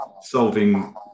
solving